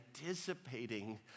anticipating